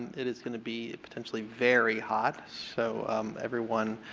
it is going to be potentially very hot. so um everyone